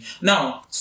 Now